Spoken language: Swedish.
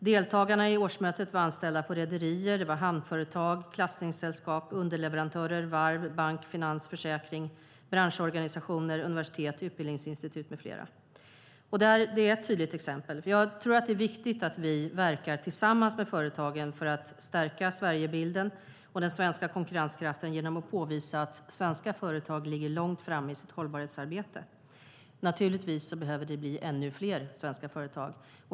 Deltagarna i årsmötet var anställda inom rederier, hamnföretag, klassningssällskap, underleverantörer, varv, bank, finans, försäkring, branschorganisationer, universitet, utbildningsinstitut med flera. Det är ett tydligt exempel. Det är viktigt att vi verkar tillsammans med företagen för att stärka Sverigebilden och den svenska konkurrenskraften genom att påvisa att svenska företag ligger långt framme i sitt hållbarhetsarbete. Naturligtvis behöver det bli ännu fler svenska företag.